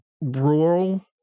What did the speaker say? rural